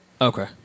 Okay